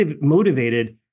motivated